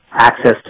access